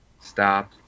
stop